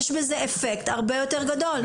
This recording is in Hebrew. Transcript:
יש בזה אפקט הרבה יותר גדול.